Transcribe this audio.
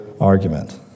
argument